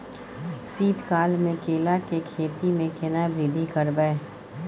शीत काल मे केला के खेती में केना वृद्धि करबै?